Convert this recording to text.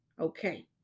Okay